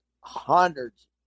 hundreds